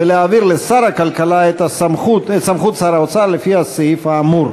ולהעביר לשר הכלכלה את סמכות שר האוצר לפי הסעיף האמור.